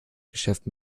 geschäft